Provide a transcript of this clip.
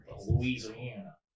Louisiana